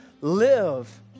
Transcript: live